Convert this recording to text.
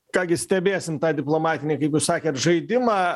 ką gi stebėsim tą diplomatinį kaip jūs sakėt žaidimą